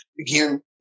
again